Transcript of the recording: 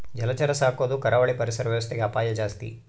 ಜಲಚರ ಸಾಕೊದು ಕರಾವಳಿ ಪರಿಸರ ವ್ಯವಸ್ಥೆಗೆ ಅಪಾಯ ಜಾಸ್ತಿ